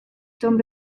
tomb